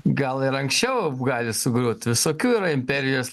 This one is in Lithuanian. gal ir anksčiau gali sugriūt visokių yra imperijos